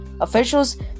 officials